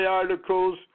articles